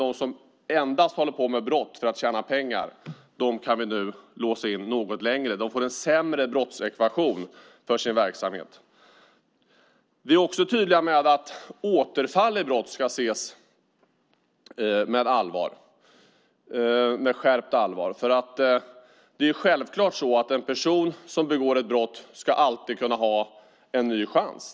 Dem som endast håller på med brott för att tjäna pengar kan vi nu låsa in något längre. De får en sämre brottsekvation för sin verksamhet. Vi är också tydliga med att återfall i brott ska ses med skärpt allvar. Det är självklart så att den person som begår ett brott alltid ska få en ny chans.